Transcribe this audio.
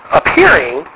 appearing